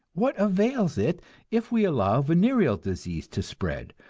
what avails it if we allow venereal disease to spread,